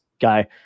guy